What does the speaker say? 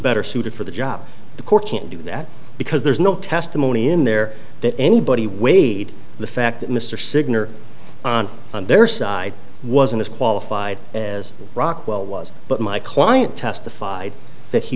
better suited for the job the court can't do that because there's no testimony in there that anybody weighed the fact that mr signature on their side wasn't as qualified as rockwell was but my client testified that he